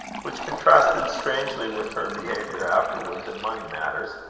which contrasted strangely with her behaviour afterwards in money matters.